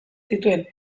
zituen